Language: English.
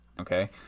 okay